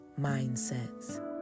mindsets